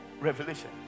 Revelation